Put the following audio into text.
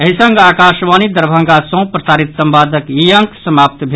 एहि संग आकाशवाणी दरभंगा सँ प्रसारित संवादक ई अंक समाप्त भेल